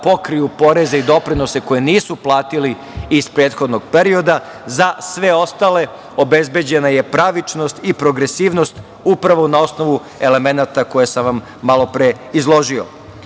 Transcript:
pokriju poreze i doprinose koje nisu platili iz prethodnog perioda. Za sve ostale obezbeđena je pravičnost i progresivnost upravo na osnovu elemenata koje sam vam malo pre izložio. Od